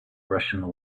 russian